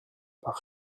par